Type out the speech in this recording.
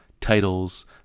titles